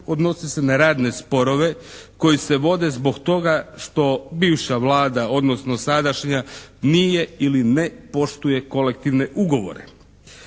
odnosi se na radne sporove koji se vode zbog toga što bivša Vlada odnosno sadašnja nije ili ne poštuje kolektivne ugovore.